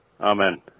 Amen